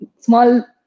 small